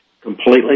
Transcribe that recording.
completely